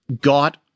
got